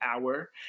hour